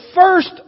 first